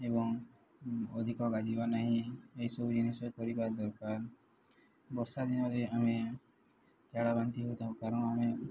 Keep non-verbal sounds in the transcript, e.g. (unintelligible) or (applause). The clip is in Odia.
ଏବଂ ଅଧିକ (unintelligible) ନାହିଁ ଏହିସବୁ ଜିନିଷ କରିବା ଦରକାର ବର୍ଷା ଦିନରେ ଆମେ ଝାଡ଼ା ବାନ୍ତିି ହୋଇଥାଉ କାରଣ ଆମେ